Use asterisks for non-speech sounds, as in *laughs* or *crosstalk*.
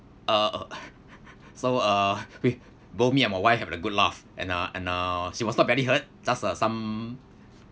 uh uh *laughs* so uh we *laughs* both me and my wife had a good laugh and uh and uh she was not badly hurt just uh some